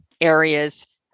areas